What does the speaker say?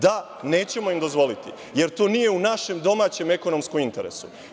Da, nećemo im dozvoliti, jer to nije u našem domaćem ekonomskom interesu.